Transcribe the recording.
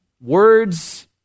Words